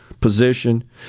position